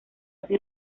así